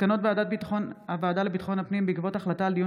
מסקנות הוועדה לביטחון הפנים בעקבות דיון